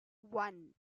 one